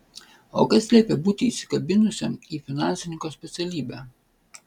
o kas liepia būti įsikabinusiam į finansininko specialybę